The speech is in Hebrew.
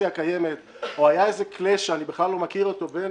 הקיימת או היה איזה קלאש שאני בכלל לא מכיר אותו בין